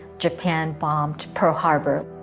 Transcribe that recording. japan bombed pearl harbor.